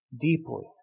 deeply